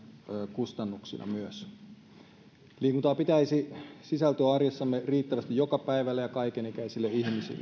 kustannuksina myös liikuntaa pitäisi sisältyä arjessamme riittävästi joka päivälle ja kaikenikäisille ihmisille